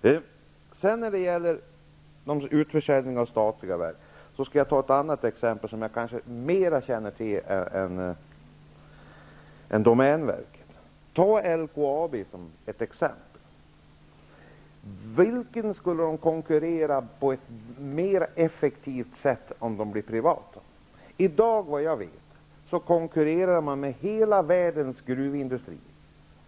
Beträffande utförsäljning av statliga verk skall jag ge ett exempel som jag känner bättre till än domänverket. Låt mig peka på LKAB. Med vilka skulle LKAB konkurrera på ett mer effektivt sätt om företaget blev privat? I dag konkurrerar man med hela världens gruvindustri